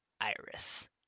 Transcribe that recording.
iris